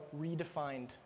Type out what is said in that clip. redefined